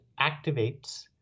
activates